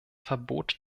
verbot